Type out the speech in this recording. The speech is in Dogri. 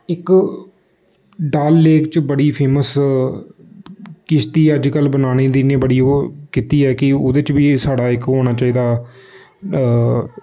इक डल लेक च बड़ी फेमस किश्ती अज्जकल बनाने दी इ'न्नी बड़ी ओह् कीती ऐ कि ओह्दे च बी साढ़ा इक ओह् होना चाहिदा